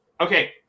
Okay